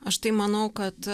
aš tai manau kad